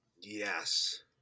Yes